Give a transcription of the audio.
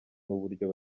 n’uburyo